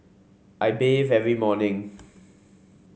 I bathe every morning